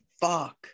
fuck